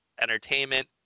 entertainment